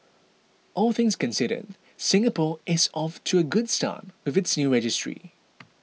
all things considered Singapore is off to a good start with its new registry